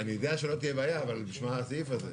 אני יודע שלא תהיה בעיה, אבל בשביל מה הסעיף הזה?